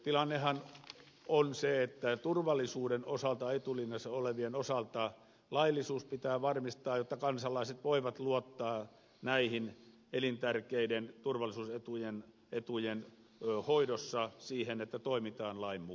tilannehan on se että turvallisuuden osalta etulinjassa olevien osalta laillisuus pitää varmistaa jotta kansalaiset voivat luottaa näihin elintärkeiden turvallisuusetujen hoidossa siihen että toimitaan lain mukaan